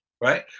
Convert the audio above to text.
Right